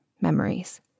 memories